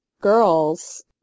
girls